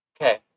Okay